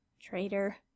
Traitor